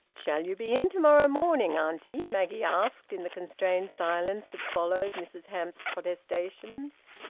shall you be in to-morrow morning, auntie? maggie asked, in the constrained silence that followed mrs hamps's protestations.